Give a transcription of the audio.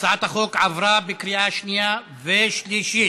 הצעת החוק עברה בקריאה השנייה והשלישית.